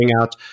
out